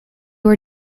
were